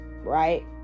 right